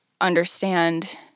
understand